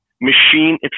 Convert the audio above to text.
machine